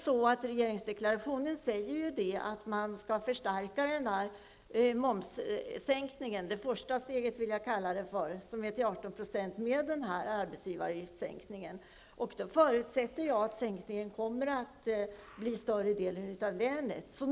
I regeringsdeklarationen sägs att man skall förstärka momssänkningen med en sänkning av arbetsgivaravgiften -- det första steget, som jag vill kalla nedsättningen till 18 %. Då förutsätter jag att sänkningen kommer att gälla större delen av länet.